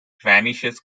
vanishes